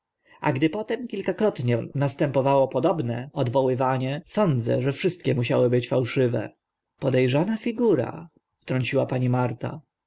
a gdy potem kilkakrotnie następowało podobne odwoływanie sądzę że wszystkie musiały być fałszywe pode rzana figura wtrąciła pani marta